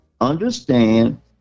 understand